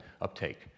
uptake